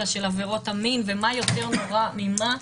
של עבירות המין ומה יותר נורא ממה.